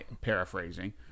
paraphrasing